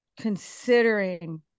considering